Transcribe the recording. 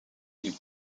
film